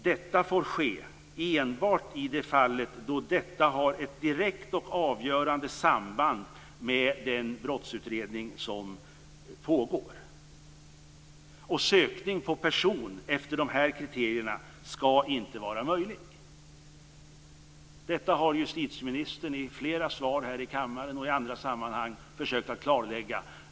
Detta får ske enbart i de fall då det har ett direkt och avgörande samband med den brottsutredning som pågår. Sökning på person efter dessa kriterier skall inte vara möjlig. Detta har justitieministern i flera svar här i kammaren och i andra sammanhang försökt klarlägga.